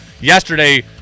yesterday